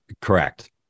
Correct